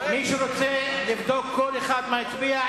מי שרוצה לבדוק מה כל אחד הצביע,